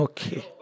Okay